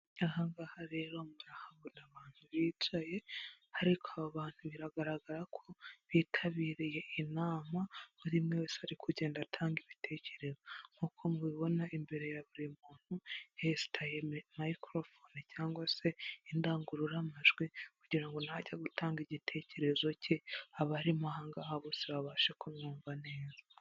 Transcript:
Aha ngaha rero murahabona abantu bicaye ariko aba bantu biragaragara ko bitabiriye inama, buri umwe wese ari kugenda atanga ibitekerezo, nk'uko mubibona imbere ya buri muntu hesitaye mayikorofone cyangwa se indangururamajwi kugira ngo najya gutanga igitekerezo cye abarimo aha ngaha bose babashe kumwumva neza.